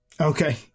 Okay